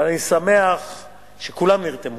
ואני שמח שכולם נרתמו,